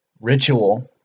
Ritual